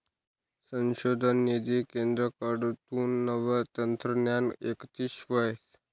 संशोधन निधी केंद्रकडथून नवं तंत्रज्ञान इकशीत व्हस